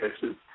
cases